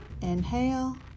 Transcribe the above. Inhale